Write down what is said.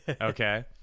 Okay